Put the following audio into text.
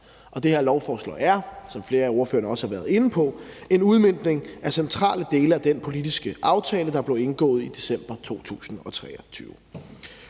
Det her lovforslag er, som flere af ordførerne også været inde på, en udmøntning af centrale dele af den politiske aftale, der blev indgået i december 2023.